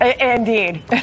Indeed